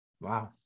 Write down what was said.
Wow